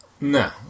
No